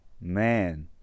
Man